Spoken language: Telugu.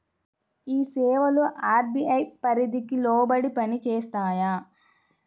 ఈ సేవలు అర్.బీ.ఐ పరిధికి లోబడి పని చేస్తాయా?